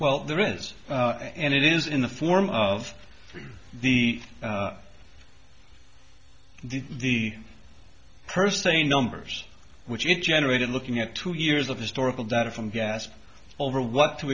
well there is and it is in the form of the the first thing numbers which you generated looking at two years of historical data from gas over what to